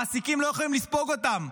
מעסיקים לא יכולים לספוג אותם,